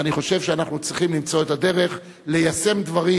ואני חושב שאנחנו צריכים למצוא את הדרך ליישם דברים,